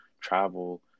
travel